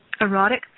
Erotic